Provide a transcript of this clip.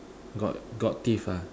got got teeth ah